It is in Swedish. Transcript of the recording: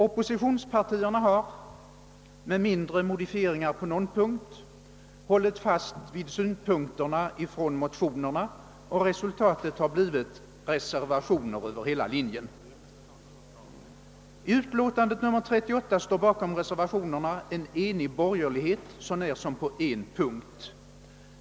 Oppositionspartierna har, med mindre modifieringar på någon punkt, hållit fast vid synpunkterna från motionerna, och resultatet har blivit reservationer över hela linjen. I fråga om utlåtandet nr 38 står bakom reservationerna en enig borgerlighet, så när som på en punkt.